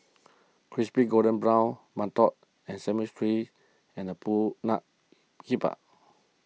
Crispy Golden Brown Mantou Sesame Balls and Pulut Hitam